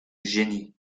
génie